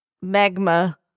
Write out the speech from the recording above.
magma